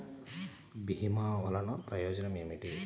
భీమ వల్లన ప్రయోజనం ఏమిటి?